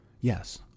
Yes